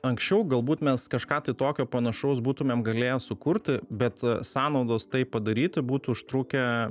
anksčiau galbūt mes kažką tai tokio panašaus būtumėm galėję sukurti bet sąnaudos tai padaryti būtų užtrukę